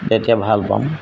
তেতিয়া ভাল পাম